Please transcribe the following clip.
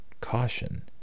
caution